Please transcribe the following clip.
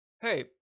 Hey